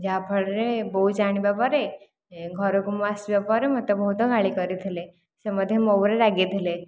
ଯାହା ଫଳରେ ବୋଉ ଜାଣିବା ପରେ ଘରକୁ ମୁଁ ଆସିବାପରେ ମୋତେ ବହୁତ ଗାଳି କରିଥିଲେ ସେ ବୋଧେ ମୋ ଉପରେ ରାଗିଥିଲେ